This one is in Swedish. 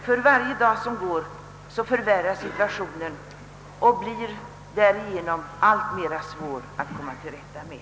För varje dag som går förvärras situationen och blir därigenom allt svårare att komma till rätta med.